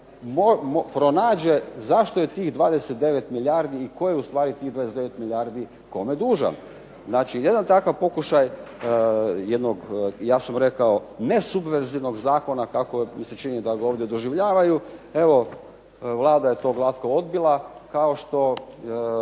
pronađe zašto je tih 29 milijardi i tko je ustvari tih 29 milijardi kome dužan. Znači, jedan takav pokušaj jednog nesubverzivnog zakona kako mi se čini da ga ovdje doživljavaju, evo Vlada je to glatko odbila kao što